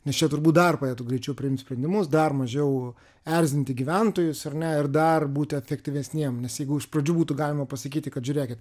nes čia turbūt dar padėtų greičiau priimt sprendimus dar mažiau erzinti gyventojus ar ne ir dar būti efektyvesniem nes jeigu iš pradžių būtų galima pasakyti kad žiūrėkit